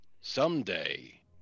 Someday